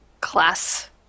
class